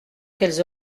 qu’elles